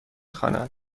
خواند